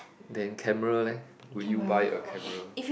then camera leh would you buy a camera